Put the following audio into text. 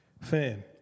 Fan